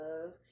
love